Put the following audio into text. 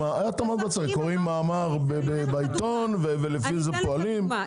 קוראים מאמר בעיתון ולפי זה פועלים.